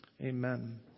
Amen